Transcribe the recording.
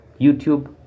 YouTube